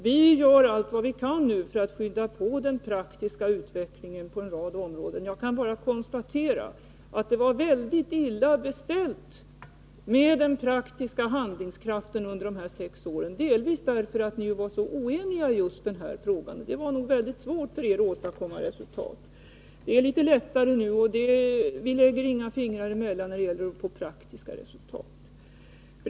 Vi gör nu allt vad vi kan för att påskynda den praktiska utvecklingen på en rad områden. Jag kan bara konstatera att det var mycket illa beställt med den praktiska handlingskraften under de sex borgerliga åren, delvis därför att ni var så oeniga i just den här frågan. Det var nog mycket svårt för er att åstadkomma resultat. Nu är det litet lättare, och vi lägger inga fingrar emellan när det gäller att nå praktiska resultat.